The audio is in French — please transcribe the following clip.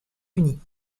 unis